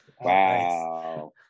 Wow